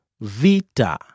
vita